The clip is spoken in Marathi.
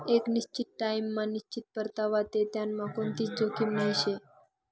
एक निश्चित टाइम मा निश्चित परतावा शे त्यांनामा कोणतीच जोखीम नही शे